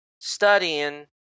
studying